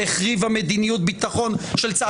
שהחריבה מדיניות ביטחון של צה"ל.